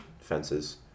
fences